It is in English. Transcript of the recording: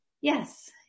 yes